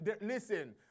Listen